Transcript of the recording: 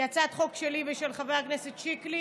היא הצעת חוק שלי ושל חבר הכנסת שיקלי.